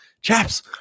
chaps